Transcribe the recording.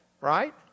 Right